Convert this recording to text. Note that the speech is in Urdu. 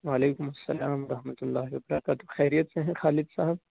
وعلیکم السلام ورحمۃ اللہ وبرکاتہ خیریت سے ہیں خالد صاحب